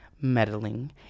meddling